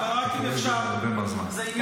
רק אם אפשר, זה עניין חשוב.